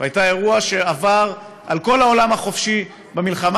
הייתה אירוע שעבר על כל העולם החופשי במלחמה